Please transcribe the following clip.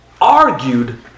argued